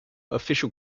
official